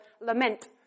lament